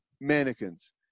mannequins